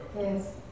Yes